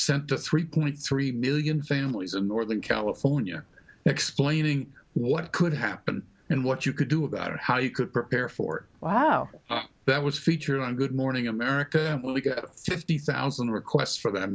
sent to three point three million families of northern california explaining what could happen and what you could do about it how you could prepare for wow that was featured on good morning america fifty thousand requests for that